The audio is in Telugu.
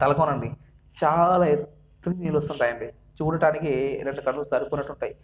తలకోన అండి చాలా ఎత్తున్న నీళ్ళు వస్తుంటాయి అండి చూడటానికి రెండు కళ్ళు సరిపోనట్టు ఉంటాయి